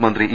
മന്ത്രി ഇ